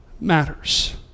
matters